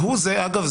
שהוא זה אגב,